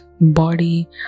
body